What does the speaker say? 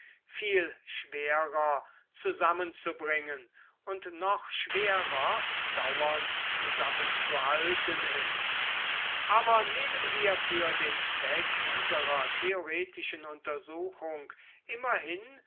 viel schwerer zusammenzubringen und noch schwerer dauernd zusammenzuhalten ist aber nehmen wir für den zweck unserer theoretischen untersuchung immerhin